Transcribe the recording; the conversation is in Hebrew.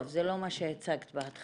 טוב, זה לא מה שהצגת בהתחלה.